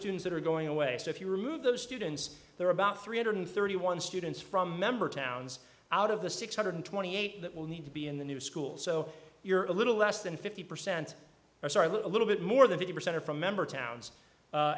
students that are going away so if you remove those students there are about three hundred thirty one students from member towns out of the six hundred twenty eight that will need to be in the new schools so you're a little less than fifty percent or so are a little bit more than fifty percent are from member towns